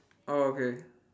oh okay